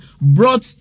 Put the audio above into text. brought